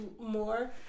more